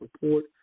Report